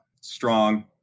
strong